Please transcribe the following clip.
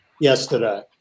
yesterday